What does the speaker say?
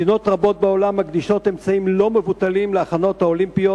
מדינות רבות בעולם מקדישות אמצעים לא מבוטלים להכנות האולימפיות,